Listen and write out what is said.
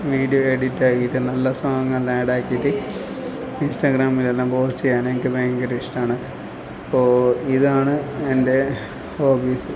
video edit ആക്കിയിട്ട് നല്ല song എല്ലാം ആഡ് ആക്കിയിട്ട് ഇൻസ്ഗ്റ്റാഗ്രാമിലെല്ലാം പോസ്റ്റ് ചെയ്യാൻ എനിക്ക് ഭയങ്കര ഇഷ്ടമാണ് അപ്പോൾ ഇതാണ് എൻ്റെ ഹോബീസ്